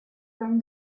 from